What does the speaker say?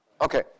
Okay